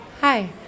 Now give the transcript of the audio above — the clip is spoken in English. Hi